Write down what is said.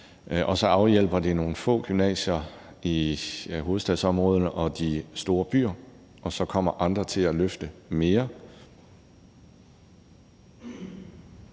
og så hjælper det nogle få gymnasier i hovedstadsområdet og i de store byer, og så kommer andre til at løfte mere.